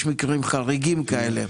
יש מקרים חריגים כאלה.